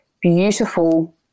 beautiful